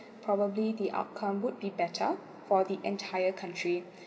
probably the outcome would be better for the entire country